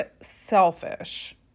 Selfish